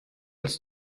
als